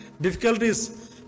Difficulties